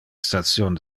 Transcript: station